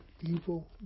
Evil